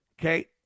Okay